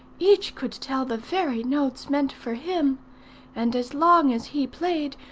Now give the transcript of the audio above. each could tell the very notes meant for him and as long as he played,